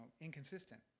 inconsistent